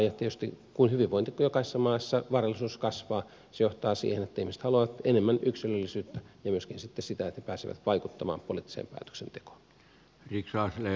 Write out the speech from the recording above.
ja tietysti kun jokaisessa maassa hyvinvointi varallisuus kasvaa se johtaa siihen että ihmiset haluavat enemmän yksilöllisyyttä ja myöskin sitten sitä että he pääsevät vaikuttamaan poliittiseen päätöksentekoon